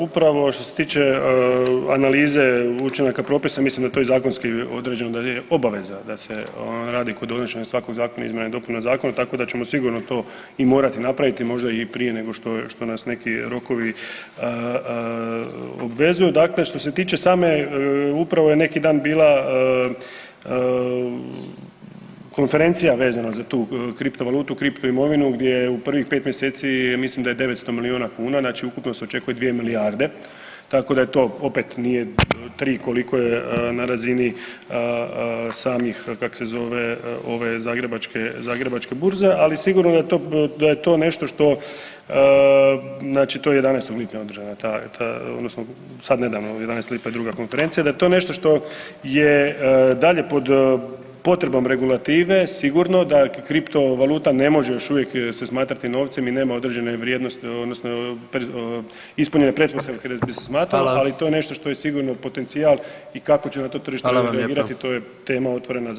Upravo što se tiče analize učinaka propisa, mislim da je to i zakonski određeno da je obaveza da se radi kod donošenje zakona izmjena i dopuna zakona, tako da ćemo sigurno to i morati napraviti, možda i prije nego što nas neki rokovi obvezuju, dakle što se tiče same upravo je neki dan bila konferencija vezana za tu kriptovalutu, kriptoimovinu, gdje je u prvih 5 mjeseci, ja mislim da je 900 milijuna kuna, znači ukupno se očekuje 2 milijarde, tako da je to opet, nije 3 koliko je na razini samih kak se zove, ove Zagrebačke burze, ali sigurno da je to nešto što, znači to je 11. lipnja održana ta, odnosno sad nedavno od 11. lipnja je druga konferencija, da je to nešto što je dalje pod potrebom regulative, sigurno da kriptovaluta ne može još uvijek se smatrati novcem i nema određene vrijednosti, odnosno ispunjene pretpostavke da bi se smatrale, [[Upadica: Hvala.]] ali to je nešto što je sigurno potencijal i kako će na to tržište reagirati, [[Upadica: Hvala vam lijepa.]] to je tema otvorena za